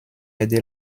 aidé